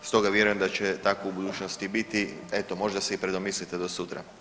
Stoga vjerujem da će tako u budućnosti i biti, eto možda se i predomislite do sutra.